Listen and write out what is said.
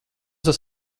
tas